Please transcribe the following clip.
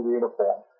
uniform